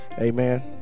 amen